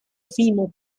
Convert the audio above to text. female